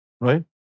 Right